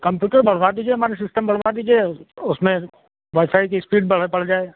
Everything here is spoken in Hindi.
कॉम्प्यूटर बढ़वा दीजिए हमारी सिस्टम बढ़वा दीजिए उसमें वाई फाई की स्पीड बढ़ बढ़ जाए